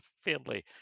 fairly